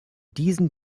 diesen